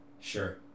Sure